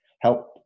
help